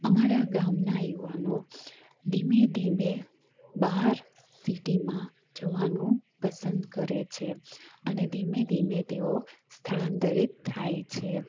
અમારા ગામના યુવાનો ધીમે ધીમે બહાર સિટીમાં જવાનું પસંદ કરે છે અને ધીમે ધીમે તેઓ સ્થળાંતરીત થાય છે